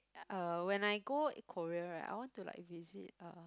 uh when I go Korea right I want to like visit uh